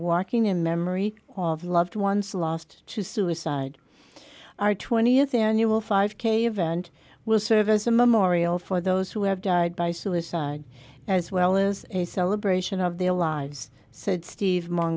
walking in memory of loved ones lost to suicide our th annual five k event will serve as a memorial for those who have died by suicide as well as a celebration of their lives said steve mong